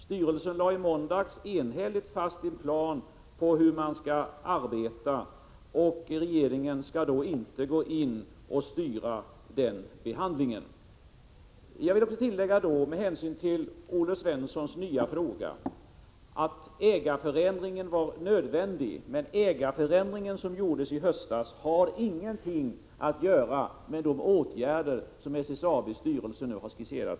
Styrelsen lade i måndags enhälligt fast sin plan för hur man skall arbeta. Regeringen skall då inte gå in och styra den behandlingen. Som svar på Olle Svenssons nya fråga vill jag tillägga att den ägarförändring som gjordes i höstas var nödvändig. Men den har ingenting att göra med de åtgärder som SSAB:s styrelse nu har skisserat.